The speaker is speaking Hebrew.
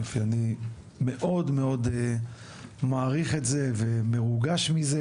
יופי, אני מאוד מעריך את זה ומרוגש מזה,